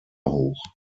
hoch